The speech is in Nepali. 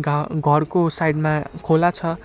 घा घरको साइडमा खोला छ